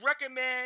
recommend